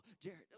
Jared